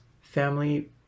family